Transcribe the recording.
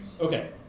okay